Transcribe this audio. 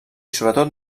sobretot